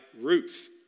Ruth